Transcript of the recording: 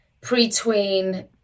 pre-tween